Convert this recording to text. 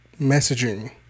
messaging